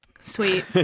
sweet